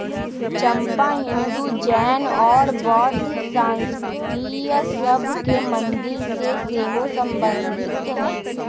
चंपा हिंदू, जैन और बौद्ध संस्कृतिय सभ के मंदिर से सेहो सम्बन्धित हइ